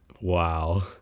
Wow